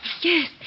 yes